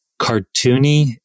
cartoony